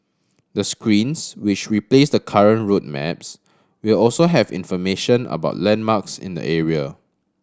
the screens which replace the current route maps will also have information about landmarks in the area